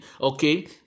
Okay